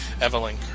Evelyn